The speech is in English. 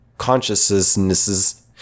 consciousnesses